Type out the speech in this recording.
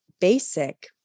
basic